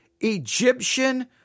Egyptian